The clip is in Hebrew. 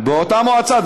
באותה מועצה.